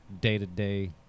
day-to-day